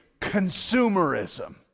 consumerism